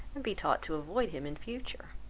and be taught to avoid him in future?